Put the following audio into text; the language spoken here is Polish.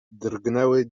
drgnęły